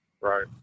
Right